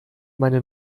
meine